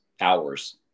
hours